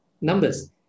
numbers